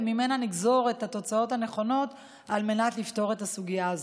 וממנה נגזור את התוצאות הנכונות על מנת לפתור את הסוגיה הזאת.